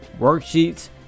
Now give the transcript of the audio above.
worksheets